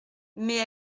mais